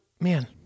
man